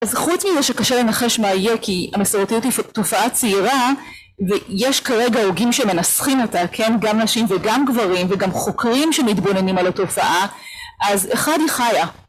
אז חוץ מזה שקשה לנחש מה יהיה כי המסורתיות היא תופעה צעירה ויש כרגע הוגים שמנסחים אותה כן גם נשים וגם גברים וגם חוקרים שמתבוננים על התופעה אז אחד היא חיה